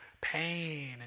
pain